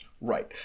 Right